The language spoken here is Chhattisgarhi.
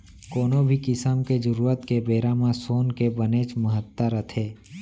कोनो भी किसम के जरूरत के बेरा म सोन के बनेच महत्ता रथे